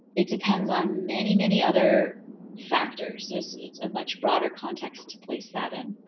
it depends on many many other factors. there's a much broader context to place that in.